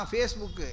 Facebook